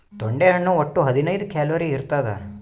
ತೊಂಡೆ ಹಣ್ಣು ಒಟ್ಟು ಹದಿನೈದು ಕ್ಯಾಲೋರಿ ಇರ್ತಾದ